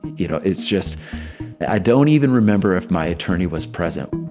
you know, it's just i don't even remember if my attorney was present.